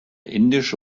indische